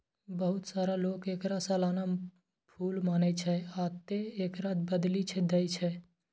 बहुत रास लोक एकरा सालाना फूल मानै छै, आ तें एकरा बदलि दै छै